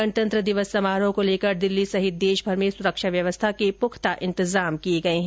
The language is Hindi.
गणतंत्र दिवस समारोह को लेकर दिल्ली सहित देशभर में सुरक्षा व्यवस्था के पुख्ता इन्तजाम किए गए है